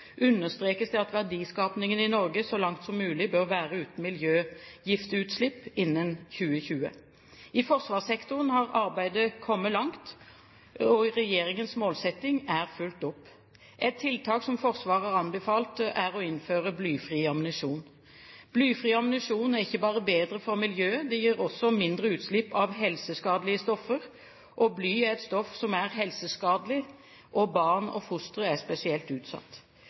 understrekes det at verdiskapingen i Norge så langt som mulig bør være uten miljøgiftutslipp innen 2020. I forsvarssektoren har arbeidet kommet langt. Regjeringens målsetting er fulgt opp. Ett tiltak som Forsvaret har anbefalt, er å innføre blyfri ammunisjon. Blyfri ammunisjon er ikke bare bedre for miljøet. Det gir også mindre utslipp av helseskadelige stoffer. Bly er et stoff som er helseskadelig, og barn og fostre er spesielt utsatt.